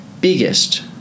biggest